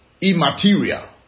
immaterial